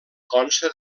consta